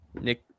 Nick